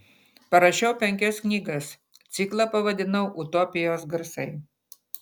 parašiau penkias knygas ciklą pavadinau utopijos garsai